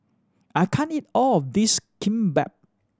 I can't eat all of this Kimbap